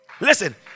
Listen